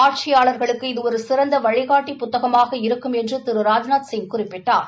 ஆட்சியாளா்களுக்கு இது ஒரு சிறந்த வழிகாட்டி புத்தகமாக இருக்கும் என்று திரு ராஜ்நாத்சிங் குறிப்பிட்டா்